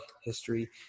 history